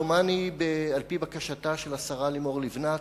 דומני על-פי בקשתה של השרה לימור לבנת,